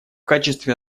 качестве